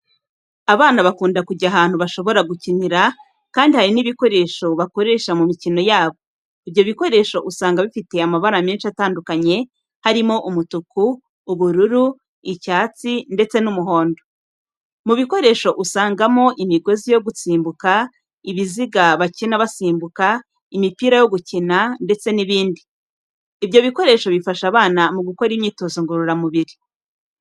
Abana bakunda kujya ahantu bashobora gukinira kandi hari n'ibikoresho bakoresha mu mikino yabo, ibyo bikoresho usanga bifite amabara menshi atandukanye, harimo umutuku, ubururu, icyatsi, ndetse n'umuhondo. Mu bikoresho usangamo imigozi yo gusimbuka, ibiziga bakina basimbuka, imipira yo gukina, ndetse n'ibindi. Ibyo bikoresho bifasha abana mu gukora imyitozo ngororamubiri.